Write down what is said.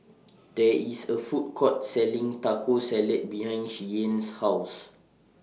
There IS A Food Court Selling Taco Salad behind Shianne's House